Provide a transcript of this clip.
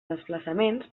desplaçaments